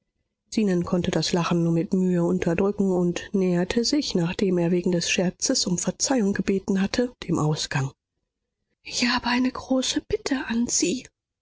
zenon konnte das lachen nur mit mühe unterdrücken und näherte sich nachdem er wegen des scherzes um verzeihung gebeten hatte dem ausgang ich habe eine große bitte an sie